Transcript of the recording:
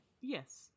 yes